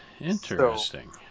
Interesting